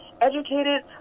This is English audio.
educated